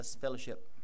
Fellowship